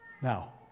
Now